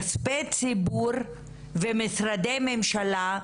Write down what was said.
כספי ציבור ומשרדי ממשלה,